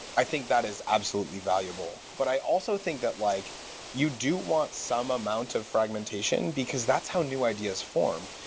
i think that is absolutely valuable. but i also think that like you do want some amount of fragmentation, because that's how new ideas form.